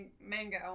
Mango